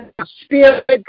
spirit